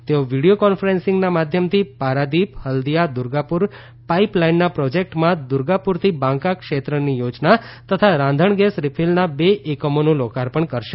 તેઓ વિડીયો કોન્ફરન્સીંગના માધ્યમથી પારાદીપ હલ્દીયા દુર્ગાપુર પાઇપ લાઇનના પ્રોજેકટમાં દુર્ગાપુરથી બાંકા ક્ષેત્રની યોજના તથા રાંધણગેસ રીફીલના બે એકમોનું લોકાર્પણ કરશે